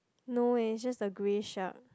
no eh it's just the grey shirt